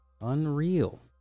unreal